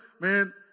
man